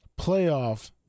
playoff